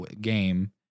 Game